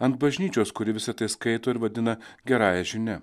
ant bažnyčios kuri visa tai skaito ir vadina gerąja žinia